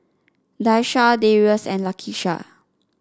Daisha Darius and Lakisha